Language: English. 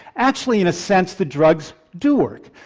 actually in a sense the drugs do work,